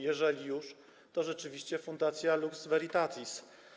Jeżeli już, to rzeczywiście Fundacja Lux Veritatis.